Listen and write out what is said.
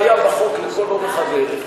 והיה בחוק לכל אורך הדרך.